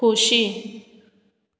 खोशी